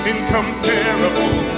Incomparable